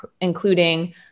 including